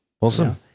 Awesome